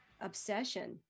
obsession